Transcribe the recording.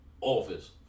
office